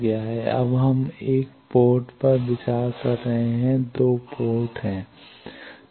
अब हम 1 पोर्ट पर विचार कर रहे हैं 2 पोर्ट हैं